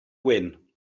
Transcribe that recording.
wyn